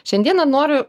šiandieną noriu